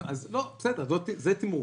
בסדר, זה תמרוץ.